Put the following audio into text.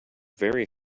very